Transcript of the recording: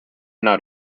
not